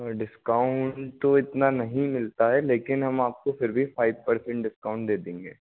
discount तो इतना नहीं मिलता है लेकिन हम आपको फिर भी फ़ाइव परसेंट डिस्काउंट दे देंगे